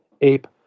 ape